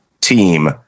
team